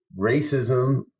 racism